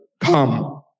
come